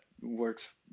works